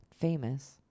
famous